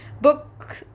book